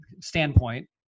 standpoint